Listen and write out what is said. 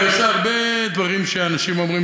אני עושה הרבה דברים שאנשים אומרים